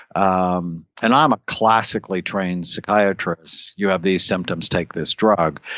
um and i'm a classically trained psychiatrist. you have these symptoms, take this drug.